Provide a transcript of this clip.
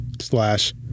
slash